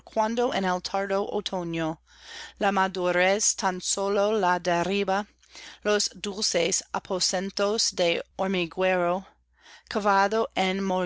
en el tardo otoño la madurez tan sólo la derriba los dulces aposentos ffe hormiguero